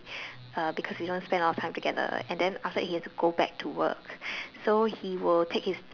uh because we don't spend a lot of time together and then after that he has to go back to work so he would take his